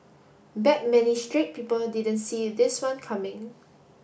bet many straight people didn't see this one coming